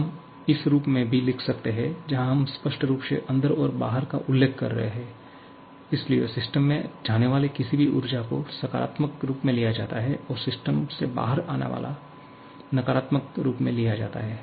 हम इस रूप में भी लिख सकते हैं जहां हम स्पष्ट रूप से अंदर और बाहर का उल्लेख कर रहे हैं इसलिए सिस्टम में जाने वाली किसी भी ऊर्जा को सकारात्मक रूप में लिया जाता है और सिस्टम से बाहर आना नकारात्मक के रूप में लिया जाता है